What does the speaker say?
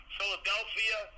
Philadelphia